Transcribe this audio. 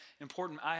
important